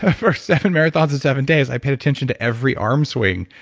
ah for seven marathons in seven days, i paid attention to every arm swing,